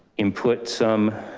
input, some